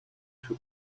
who